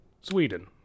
Sweden